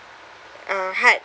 uh hard